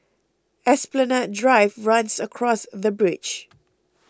Esplanade Drive runs across the bridge